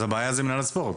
אז הבעיה היא מינהל הספורט.